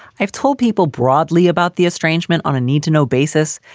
i've told people broadly about the estrangement on a need to know basis.